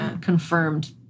confirmed